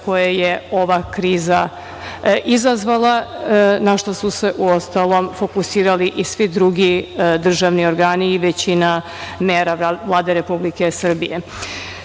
koje je ova kriza izazvala, na šta su se, uostalom fokusirali i svi drugi državni organi i većina mera Vlade Republike